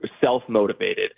self-motivated